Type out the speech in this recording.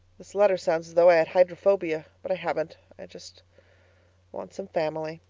this letter sounds as though i had hydrophobia, but i haven't. i just want some family.